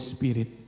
Spirit